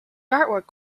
artwork